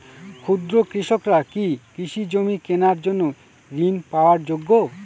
ক্ষুদ্র কৃষকরা কি কৃষি জমি কেনার জন্য ঋণ পাওয়ার যোগ্য?